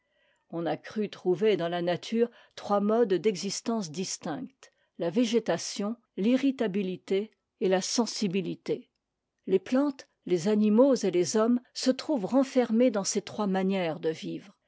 on a cru trouver dans la nature trois modes d'existence distincts la végétation l'irritabititc et la sensibilité les plantes les animaux et les hommes se trouvent renfermés dans ces trois manières de vivre